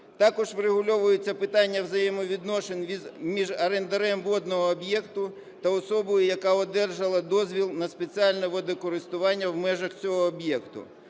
Також врегульовується питання взаємовідношень між орендарем водного об'єкту та особою, яка одержала дозвіл на спеціальне водокористування в межах цього об'єкту.